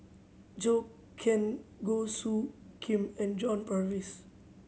Zhou Can Goh Soo Khim and John Purvis